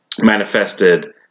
manifested